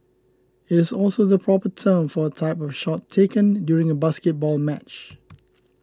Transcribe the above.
it is also the proper term for a type of shot taken during a basketball match